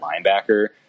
linebacker